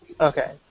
Okay